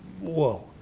whoa